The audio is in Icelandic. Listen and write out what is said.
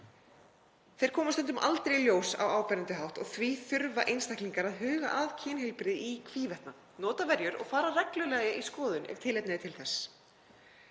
Þeir koma stundum aldrei í ljós á áberandi hátt og því þurfa einstaklingar að huga að kynheilbrigði í hvívetna, nota verjur og fara reglulega í skoðun ef tilefni er til þess.